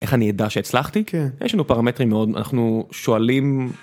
איך אני אדע שהצלחתי, כן, כי יש לנו פרמטרים מאוד אנחנו שואלים.